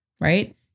right